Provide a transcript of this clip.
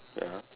(uh huh)